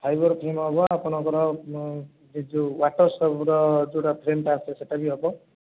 fibre frame ହେବ ଆପଣଙ୍କର ଯେଉଁ ଫ୍ରେମ୍ଟା ଆସେ ସେଇଟା ବି ହେବ